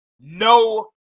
no